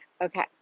Okay